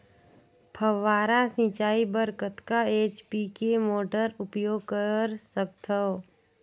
फव्वारा सिंचाई बर कतका एच.पी के मोटर उपयोग कर सकथव?